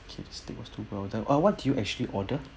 okay steak was too well done uh what do you actually order